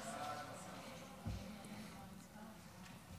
סעיפים 1 10 נתקבלו.